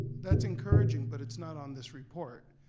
that's encouraging, but it's not on this report,